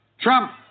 Trump